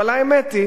אבל האמת היא